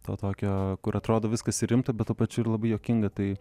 to tokio kur atrodo viskas rimta bet tuo pačiu ir labai juokinga tai